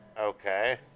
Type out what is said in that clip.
okay